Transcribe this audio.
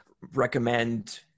recommend